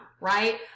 right